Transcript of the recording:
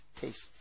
tastes